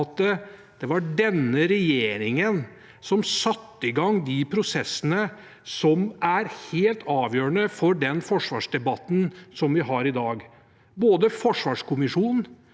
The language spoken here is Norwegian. at det var denne regjeringen som satte i gang de prosessene som er helt avgjørende for den forsvarsdebatten vi har i dag. Både forsvarskommisjonen,